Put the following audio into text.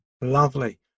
lovely